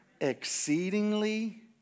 Exceedingly